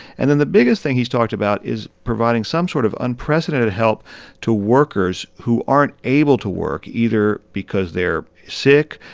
and then the biggest thing he's talked about is providing some sort of unprecedented help to workers who aren't able to work either because they're sick,